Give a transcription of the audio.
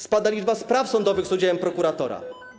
Spada liczba spraw sądowych z udziałem prokuratura.